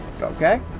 okay